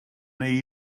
neu